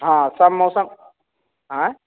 हॅं सभ मौसम आँय